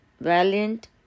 valiant